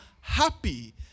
happy